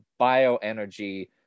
bioenergy